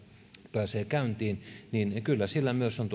pääsee käyntiin kyllä sillä myös on